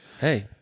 Hey